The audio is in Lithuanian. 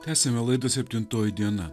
tęsiame laidą septintoji diena